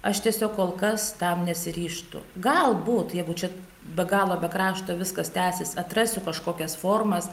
aš tiesiog kol kas tam nesiryžtu galbūt jeigu čia be galo be krašto viskas tęsis atrasiu kažkokias formas